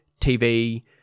TV